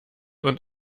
und